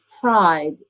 pride